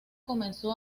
comenzó